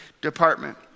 department